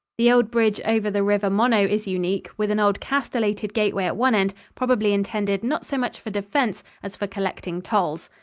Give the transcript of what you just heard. the old bridge over the river monnow is unique, with an odd, castellated gateway at one end, probably intended not so much for defense as for collecting tolls.